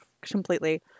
completely